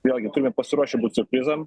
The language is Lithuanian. vėlgi turime pasiruošę būt siurprizam